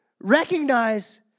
recognize